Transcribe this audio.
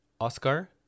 Oscar